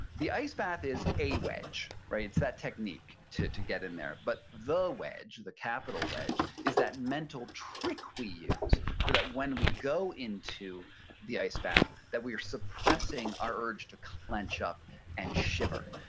the ice bath is a wedge, it's that technique to to get in there. but the wedge, the capital wedge, is that mental trick we use for that when we go into the ice bath, that we are suppressing our urge to clench up and shiver.